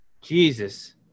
Jesus